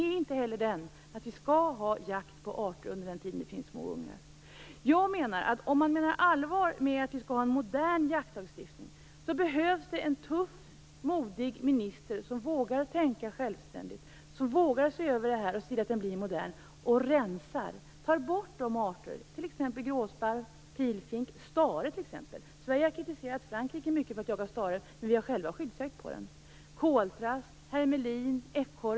Den är inte heller den att vi skall ha jakt på arter under den tiden det finns små ungar. Jag anser att om man menar allvar med att vi skall ha en modern jaktlagstiftning så behövs en tuff, modig minister som vågar tänka självständigt och som vågar se över lagstiftningen så att den blir modern. Ministern skall se till att man rensar lagstiftningen och tar bort vissa arter, t.ex. gråsparv, pilfink, stare - från Sverige har vi kritiserat Frankrike mycket för jakt på stare men vi har själva skyddsjakt på den -, koltrast, hermelin och ekorre.